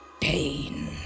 Pain